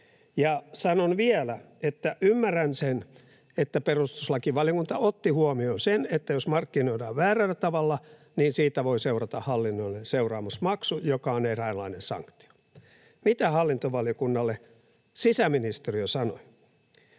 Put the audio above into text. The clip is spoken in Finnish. sanon vielä, että ymmärrän sen, että perustuslakivaliokunta otti huomioon sen, että jos markkinoidaan väärällä tavalla, niin siitä voi seurata hallinnollinen seuraamusmaksu, joka on eräänlainen sanktio. — Mitä hallintovaliokunnalle sisäministeriö sanoi?